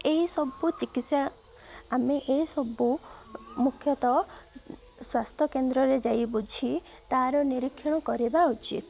ଏହିସବୁ ଚିକିତ୍ସା ଆମେ ଏହିସବୁ ମୁଖ୍ୟତଃ ସ୍ୱାସ୍ଥ୍ୟ କେନ୍ଦ୍ରରେ ଯାଇ ବୁଝି ତା'ର ନିରୀକ୍ଷଣ କରିବା ଉଚିତ